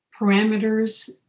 parameters